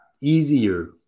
easier